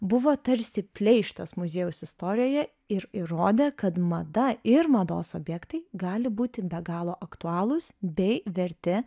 buvo tarsi pleištas muziejaus istorijoje ir įrodė kad mada ir mados objektai gali būti be galo aktualūs bei verti